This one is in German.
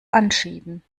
anschieben